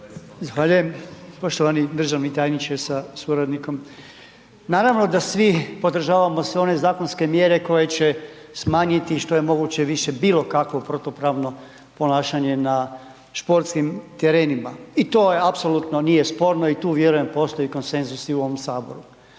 Zahvaljujem. Poštovani državni tajniče sa suradnikom. Naravno da svi podržavamo sve one zakonske mjere koje će smanjiti i što je moguće više bilo kakvo protupravno ponašanje na sportskim terenima i to apsolutno nije sporno i tu vjerujem postoji konsenzus i u ovom Saboru.